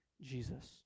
Jesus